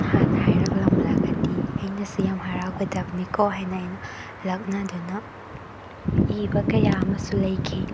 ꯍꯥꯟꯅ ꯍꯥꯏꯔꯛꯂꯝꯂꯒꯗꯤ ꯑꯩꯅꯁꯨ ꯌꯥꯝ ꯍꯔꯥꯎꯒꯗꯕꯅꯤꯀꯣ ꯍꯥꯏꯅ ꯑꯩꯅ ꯂꯛꯅꯗꯨꯅ ꯏꯕ ꯀꯌꯥ ꯑꯃꯁꯨ ꯂꯩꯈꯤ